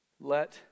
let